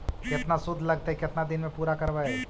केतना शुद्ध लगतै केतना दिन में पुरा करबैय?